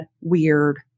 weird